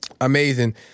Amazing